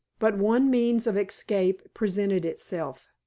but one means of escape presented itself.